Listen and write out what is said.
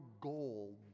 gold